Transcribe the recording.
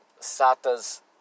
Sata's